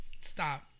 Stop